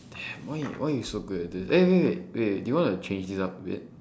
damn why you why you so good at thi~ eh wait wait wait wait wait do you want to change this up a bit